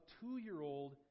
two-year-old